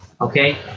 okay